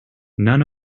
none